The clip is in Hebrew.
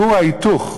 כור ההיתוך,